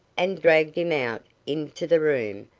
and dragged him out into the room,